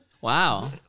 Wow